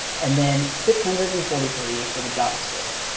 and then six hundred and forty three for the javascript.